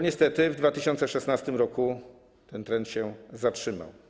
Niestety w 2016 r. ten trend się zatrzymał.